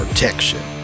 Protection